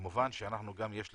כמובן שאנחנו גם יש לנו,